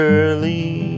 early